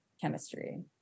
chemistry